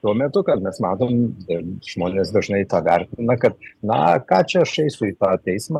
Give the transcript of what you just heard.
tuo metu kad mes matom ir žmonės dažnai tą vertina kad na ką čia aš eisiu į tą teismą